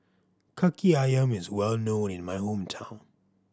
Kaki Ayam is well known in my hometown